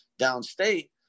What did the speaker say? downstate